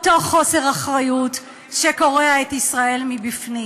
אותו חוסר אחריות שקורע את ישראל מבפנים.